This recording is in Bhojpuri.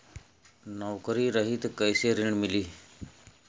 नौकरी रही त कैसे ऋण मिली?